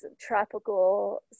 tropical